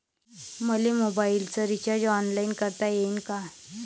मले मोबाईलच recharge online करता येईन का?